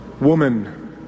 woman